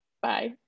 Bye